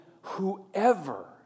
whoever